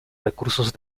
recursos